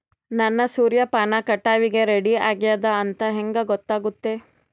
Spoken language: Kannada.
ನನ್ನ ಸೂರ್ಯಪಾನ ಕಟಾವಿಗೆ ರೆಡಿ ಆಗೇದ ಅಂತ ಹೆಂಗ ಗೊತ್ತಾಗುತ್ತೆ?